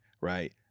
right